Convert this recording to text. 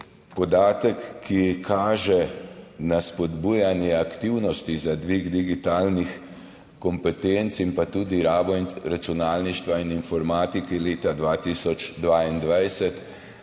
podatek, ki kaže na spodbujanje aktivnosti za dvig digitalnih kompetenc, pa tudi rabo računalništva in informatike, leta 2022